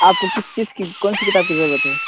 آپ کو کس چیز کی کون سی کتاب کی ضرورت ہے